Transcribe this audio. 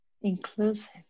inclusive